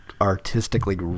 artistically